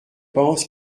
pense